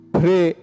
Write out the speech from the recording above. pray